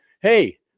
hey